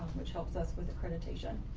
which helps us with accreditation.